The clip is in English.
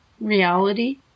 Reality